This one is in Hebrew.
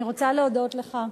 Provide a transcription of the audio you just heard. אני רוצה להודות לך.